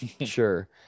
Sure